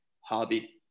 hobby